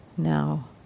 now